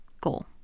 goal